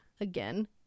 Again